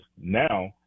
now